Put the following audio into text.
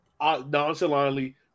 nonchalantly